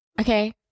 okay